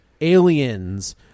aliens